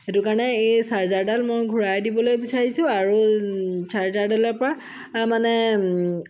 সেইটো কাৰণে এই চাৰ্জাৰডাল মই ঘূৰাই দিবলৈ বিচাৰিছোঁ আৰু চাৰ্জাৰডালৰ পৰা মানে